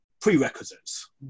prerequisites